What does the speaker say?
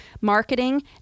marketing